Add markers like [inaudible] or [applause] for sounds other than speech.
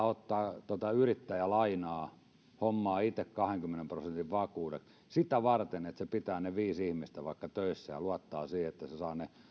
[unintelligible] ottaa lainaa ja hommaa itse kahdenkymmenen prosentin vakuudet sitä varten että se pitää vaikka ne viisi ihmistä töissä ja joutuu luottamaan siihen että saa ne